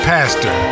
Pastor